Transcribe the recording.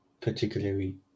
particularly